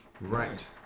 right